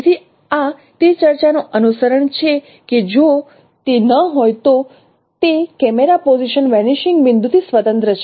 તેથી આ તે ચર્ચાનું અનુસરણ છે કે જો તે ન હોય તો તે કેમેરા પોઝિશન વેનીશિંગ બિંદુ થી સ્વતંત્ર છે